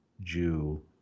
jew